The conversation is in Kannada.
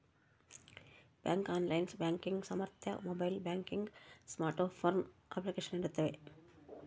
ಬ್ಯಾಂಕು ಆನ್ಲೈನ್ ಬ್ಯಾಂಕಿಂಗ್ ಸಾಮರ್ಥ್ಯ ಮೊಬೈಲ್ ಬ್ಯಾಂಕಿಂಗ್ ಸ್ಮಾರ್ಟ್ಫೋನ್ ಅಪ್ಲಿಕೇಶನ್ ನೀಡ್ತವೆ